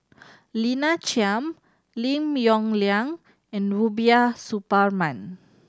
Lina Chiam Lim Yong Liang and Rubiah Suparman